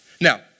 Now